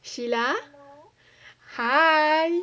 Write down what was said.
sheila hi